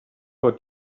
out